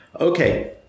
okay